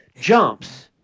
jumps